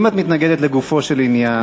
אם את מתנגדת לגופו של עניין,